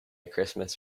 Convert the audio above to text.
christmas